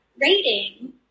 rating